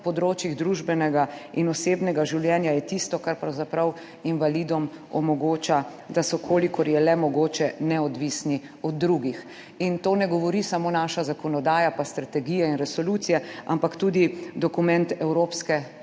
področjih družbenega in osebnega življenja je tisto, kar pravzaprav invalidom omogoča, da so, kolikor je le mogoče, neodvisni od drugih. Tega ne govorijo samo naša zakonodaja pa strategije in resolucije, ampak tudi dokument Evropske